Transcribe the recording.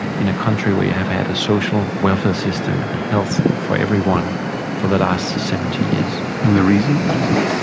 in a country where you have had a social welfare system and health for everyone for the last seventy years. and the reason, do you think?